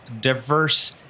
diverse